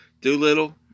Doolittle